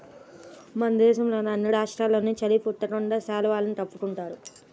మన దేశంలోని అన్ని రాష్ట్రాల్లోనూ చలి పుట్టకుండా శాలువాని కప్పుకుంటున్నారు